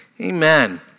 Amen